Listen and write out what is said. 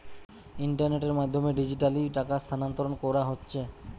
ইন্টারনেটের মাধ্যমে ডিজিটালি টাকা স্থানান্তর কোরা হচ্ছে